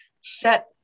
set